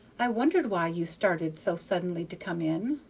i wondered why you started so suddenly to come in.